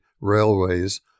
railways